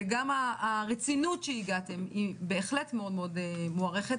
גם הרצינות שהגעתם היא בהחלט מאוד מוערכת